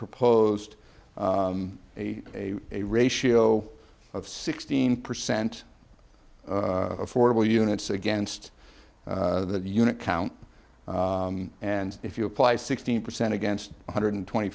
proposed a a a ratio of sixteen percent affordable units against the unit count and if you apply sixteen percent against one hundred and twenty